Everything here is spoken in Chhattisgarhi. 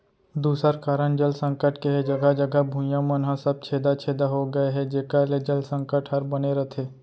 दूसर कारन जल संकट के हे जघा जघा भुइयां मन ह सब छेदा छेदा हो गए हे जेकर ले जल संकट हर बने रथे